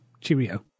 cheerio